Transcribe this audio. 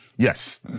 Yes